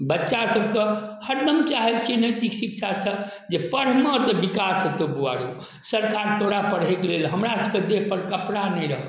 बच्चासभके हरदम चाहै छिए नैतिक शिक्षासँ जे पढ़मे तऽ विकास हेतौ बौआ रौ सरकार तोरा पढ़ैके लेल हमरासभके देहपर कपड़ा नहि रहै